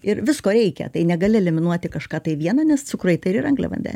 ir visko reikia tai negali eliminuoti kažką tai viena nes cukrai tai yra angliavandeniai